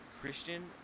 Christian